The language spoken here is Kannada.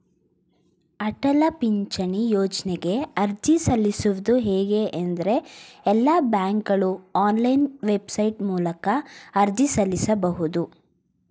ಅಟಲ ಪಿಂಚಣಿ ಯೋಜ್ನಗೆ ಅರ್ಜಿ ಸಲ್ಲಿಸುವುದು ಹೇಗೆ ಎಂದ್ರೇ ಎಲ್ಲಾ ಬ್ಯಾಂಕ್ಗಳು ಆನ್ಲೈನ್ ವೆಬ್ಸೈಟ್ ಮೂಲಕ ಅರ್ಜಿ ಸಲ್ಲಿಸಬಹುದು